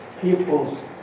people's